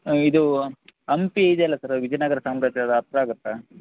ಹಾಂ ಇದು ಹಂಪಿ ಇದೆಯಲ್ಲ ಸರ್ ವಿಜಯನಗರ ಸಾಮ್ರಾಜ್ಯ ಅದು ಹತ್ತಿರ ಆಗುತ್ತಾ